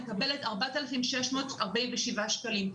והיא מקבלת 4,647 שקלים.